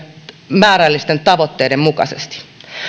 määrällisten tavoitteidemme mukaisesti